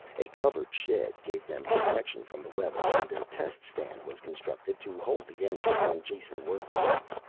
a covered shed gave them protection from the weather and a test stand was constructed to hold the engines when jason worked on them.